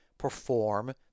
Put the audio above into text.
perform